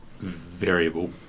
Variable